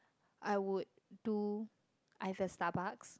I would do either Starbucks